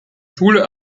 schule